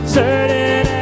certain